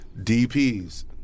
DPs